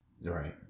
Right